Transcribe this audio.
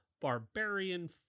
barbarian